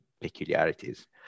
peculiarities